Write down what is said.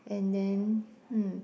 and then hmm